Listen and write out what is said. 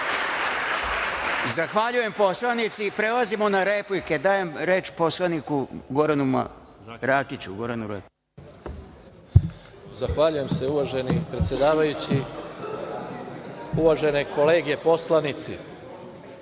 Zahvaljujem poslanici. Prelazimo na replike. Dajem reč poslaniku Goranu Rakiću. **Goran Rakić** Zahvaljujem se, uvaženi predsedavajući. Uvažene kolege poslanici,